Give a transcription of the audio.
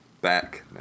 back